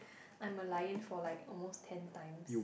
I Merlion for like almost ten times